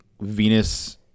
Venus